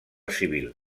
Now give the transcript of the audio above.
civil